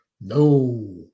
No